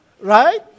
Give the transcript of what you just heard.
Right